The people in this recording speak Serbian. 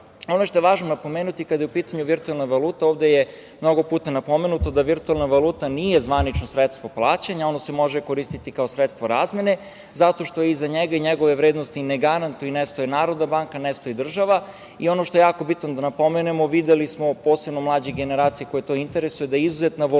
što je važno napomenuti kada je u pitanju virtuelna valuta, ovde je mnogo napomenuto da virtuelna valuta nije zvanično sredstvo plaćanja. Ono se može koristiti kao sredstvo razmene zato što iza njega i njegove vrednosti ne garantuje i ne stoji Narodna banka, ne stoji država. Ono što je jako bitno da napomenemo, videli smo, posebno mlađe generacije koje to interesuje, izuzetna je